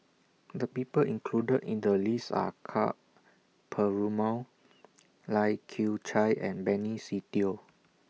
The People included in The list Are Ka Perumal Lai Kew Chai and Benny Se Teo